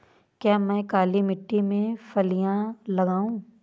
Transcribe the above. क्या मैं काली मिट्टी में फलियां लगाऊँ?